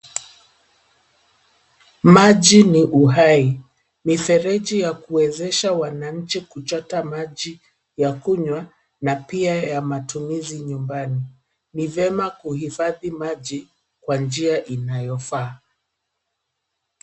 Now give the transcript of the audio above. Maji ni uhai. Mifereji ya kuwezesha wananchi kuchota maji ya kunywa na pia ya matumizi nyumbani. Ni vyema kuhifadhi maji kwa njia inayofaa.